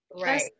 Right